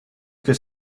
could